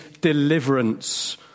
deliverance